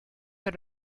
had